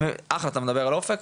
אחלה, אתה מדבר על אופק?